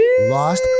lost